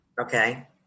Okay